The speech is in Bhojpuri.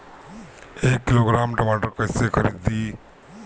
एक किलोग्राम टमाटर कैसे खरदी?